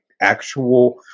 actual